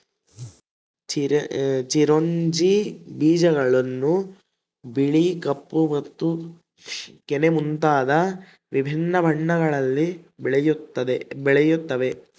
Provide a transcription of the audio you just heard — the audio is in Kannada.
ಚಿರೊಂಜಿ ಬೀಜಗಳನ್ನು ಬಿಳಿ ಕಪ್ಪು ಮತ್ತು ಕೆನೆ ಮುಂತಾದ ವಿಭಿನ್ನ ಬಣ್ಣಗಳಲ್ಲಿ ಬೆಳೆಯುತ್ತವೆ